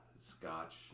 scotch